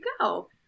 go